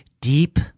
deep